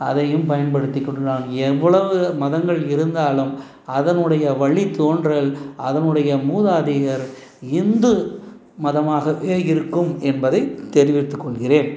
அதையும் பயன்படுத்திக்கொண்டு நான் எவ்வளோவு மதங்கள் இருந்தாலும் அதனுடைய வழித்தோன்றல் அதனுடைய மூதாதையர் ஹிந்து மதமாகவே இருக்கும் என்பதை தெரிவித்துக்கொள்கிறேன்